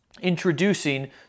introducing